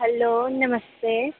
hello नमस्ते